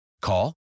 Call